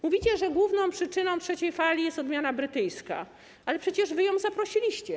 Mówicie, że główną przyczyną trzeciej fali jest odmiana brytyjska, ale przecież wy ją zaprosiliście.